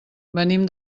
venim